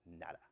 nada